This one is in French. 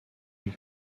une